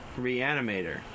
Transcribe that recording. reanimator